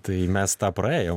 tai mes tą praėjom